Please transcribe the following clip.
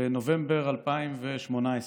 בנובמבר 2018,